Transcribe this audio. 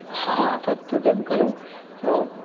हा तत् सत्यं खलु सो